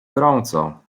gorąco